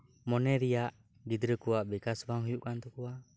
ᱢᱚᱱᱮ ᱨᱮᱭᱟᱜ ᱜᱤᱫᱽᱨᱟᱹ ᱠᱚᱣᱟᱜ ᱵᱤᱠᱟᱥ ᱵᱟᱝ ᱦᱩᱭᱩᱜ ᱠᱟᱱ ᱛᱟᱠᱚᱣᱟ